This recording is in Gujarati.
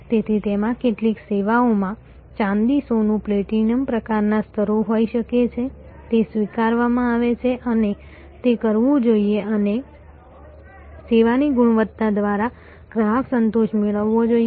તેથી તેમાં કેટલીક સેવાઓમાં ચાંદી સોનું પ્લેટિનમ પ્રકારના સ્તરો હોઈ શકે છે તે સ્વીકારવામાં આવે છે અને તે કરવું જોઈએ અને સેવાની ગુણવત્તા દ્વારા ગ્રાહક સંતોષ મેળવવો જોઈએ